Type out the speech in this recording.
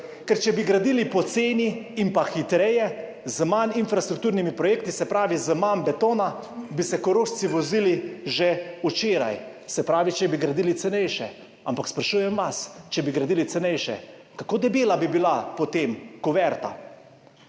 ker če bi gradili po ceni in pa hitreje, z manj infrastrukturnimi projekti, se pravi z manj betona, bi se Korošci vozili že včeraj. Se pravi, če bi gradili cenejše, ampak sprašujem vas, če bi gradili cenejše, kako debela bi bila potem kuverta?